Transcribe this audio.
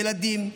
ילדים,